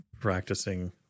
practicing